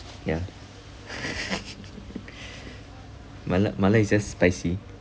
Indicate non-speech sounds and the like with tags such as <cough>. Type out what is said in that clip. ya <laughs> mala mala is just spicy